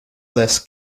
less